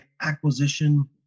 acquisition